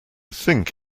think